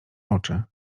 oczy